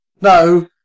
No